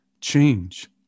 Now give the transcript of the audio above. Change